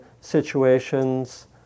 situations